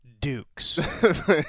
Dukes